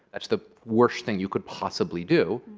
that's the worst thing you could possibly do,